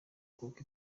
kuko